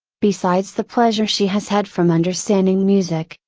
besides the pleasure she has had from understanding music,